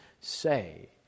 say